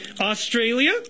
Australia